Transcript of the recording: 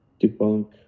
debunk